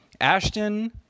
Ashton